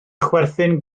chwerthin